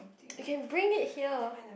you can bring it here